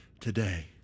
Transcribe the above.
today